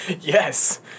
Yes